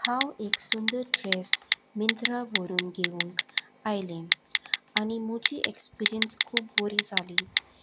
हांव एक सुंदर ड्रेस मिंत्रा व्हरून घेवंक आयलें आनी म्हजी एक्सपिरियन्स खूब बोरी जाली